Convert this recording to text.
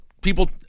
people